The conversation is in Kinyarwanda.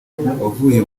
wavuye